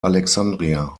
alexandria